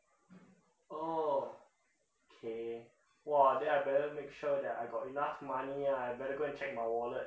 oh okay !wah! then I better make sure that I got enough money ah I better go and check my wallet